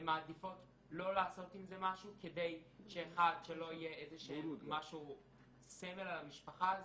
הן מעדיפות לא לעשות עם זה משהו כדי שלא יהיה סמל על המשפחה הזאת,